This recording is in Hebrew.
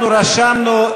אנחנו רשמנו,